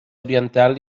oriental